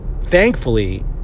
thankfully